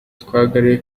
twagaruye